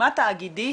מזימה תאגידית